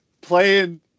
Playing